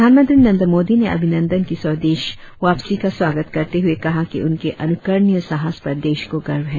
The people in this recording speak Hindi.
प्रधानमंत्री नरेंद्र मोदी ने अभिनंदन की स्वदेश वापसी का स्वागत करते हुए कहा कि उनके अनुकरणीय साहस पर देश को गर्व है